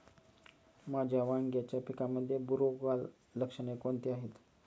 माझ्या वांग्याच्या पिकामध्ये बुरोगाल लक्षणे कोणती आहेत?